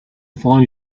find